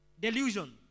delusion